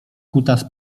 kutas